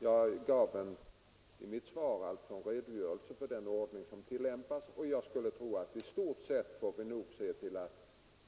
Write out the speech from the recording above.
Jag gav i mitt svar en redogörelse för den ordning som tillämpas, och jag skulle tro att vi i stort sett får se till att